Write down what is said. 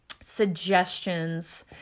suggestions